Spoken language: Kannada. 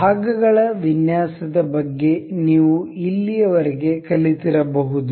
ಭಾಗಗಳ ವಿನ್ಯಾಸದ ಬಗ್ಗೆ ನೀವು ಇಲ್ಲಿಯವರೆಗೆ ಕಲಿತಿರಬಹುದು